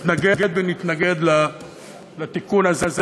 אתנגד ונתנגד לתיקון הזה,